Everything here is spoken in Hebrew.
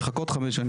לחכות חמש שנים.